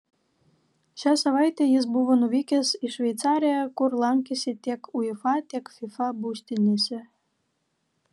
šią savaitę jis buvo nuvykęs į šveicariją kur lankėsi tiek uefa tiek fifa būstinėse